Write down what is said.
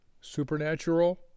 supernatural